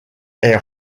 est